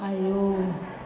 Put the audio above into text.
आयौ